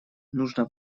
нужно